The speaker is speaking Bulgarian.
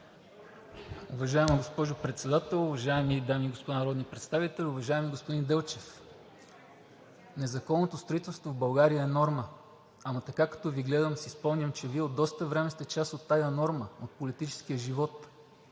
Уважаема госпожо Председател, уважаеми дами и господа народни представители! Уважаеми господин Делчев, незаконното строителство в България е норма, ама така като Ви гледам, си спомням, че Вие от доста време сте част от тази норма от политическия живот.